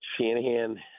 Shanahan